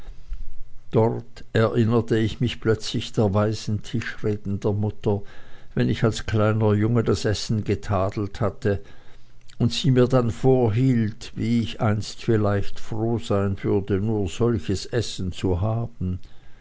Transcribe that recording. dort erinnerte ich mich plötzlich der weisen tischreden der mutter wenn ich als kleiner junge das essen getadelt hatte und sie mir dann vorhielt wie ich einst vielleicht froh sein würde nur solches essen zu haben